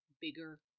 bigger